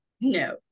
no